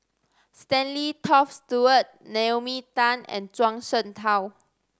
Stanley Toft Stewart Naomi Tan and Zhuang Shengtao